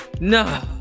no